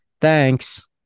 Thanks